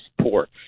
support